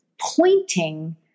pointing